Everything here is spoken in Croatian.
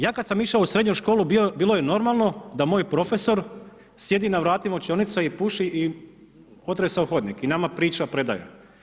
Ja kada sam išao u srednju školu, bilo je normalno da moj profesor sjedi na vratima učionice i puši otresa o hodnik i nama priča predaja.